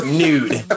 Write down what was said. nude